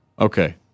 Okay